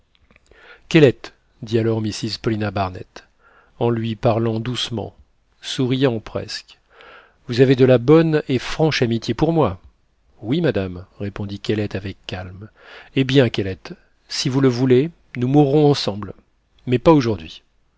kellet dit alors mrs paulina barnett en lui parlant doucement souriant presque vous avez de la bonne et franche amitié pour moi oui madame répondit kellet avec calme eh bien kellet si vous le voulez nous mourrons ensemble mais pas aujourd'hui